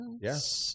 Yes